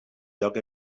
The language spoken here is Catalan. lloc